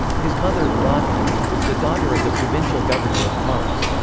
his mother, rodhagh, was the daughter of the provincial governor of pars.